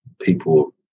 people